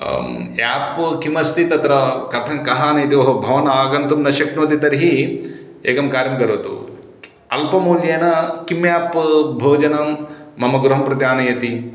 app किमस्ति तत्र कथं कः आनयति वा भवान् आगन्तुं न शक्नोति तर्हि एकं कार्यं करोतु अल्पमूल्येन किम् एप् भोजनं मम गृहं प्रति आनयति